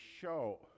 show